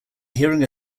hearing